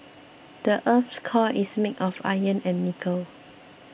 the earth's core is made of iron and nickel